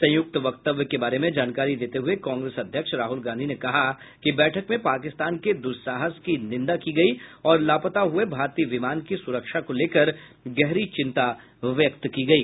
संयुक्त वक्तव्य के बारे में जानकारी देते हुए कांग्रेस अध्यक्ष राहुल गांधी ने कहा कि बैठक में पाकिस्तान के दुस्साहस की निंदा की गई और लापता हुए भारतीय विमान की सुरक्षा को लेकर गहरी चिंता व्यक्त की गयी